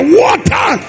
water